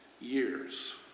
years